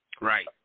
Right